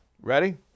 Ready